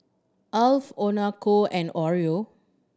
Alf Onkyo and Oreo